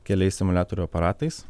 keliais simuliatorių aparatais